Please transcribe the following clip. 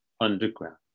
underground